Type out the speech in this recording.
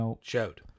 Showed